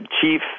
chief